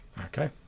Okay